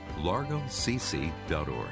largocc.org